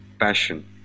passion